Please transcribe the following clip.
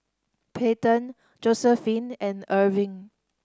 Peyton Josiephine and Erving